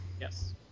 Yes